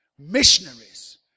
Missionaries